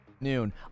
Noon